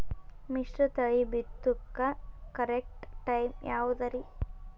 ಮಿಶ್ರತಳಿ ಬಿತ್ತಕು correct time ಯಾವುದರಿ?